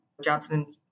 Johnson &